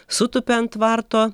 sutūpia ant tvarto